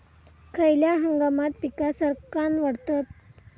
खयल्या हंगामात पीका सरक्कान वाढतत?